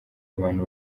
abantu